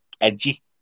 edgy